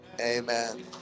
Amen